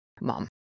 Mom